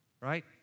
Right